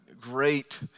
great